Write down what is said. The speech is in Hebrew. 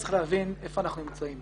צריך להבין היכן אנחנו נמצאים.